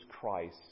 Christ